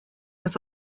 was